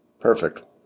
perfect